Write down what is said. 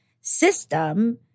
system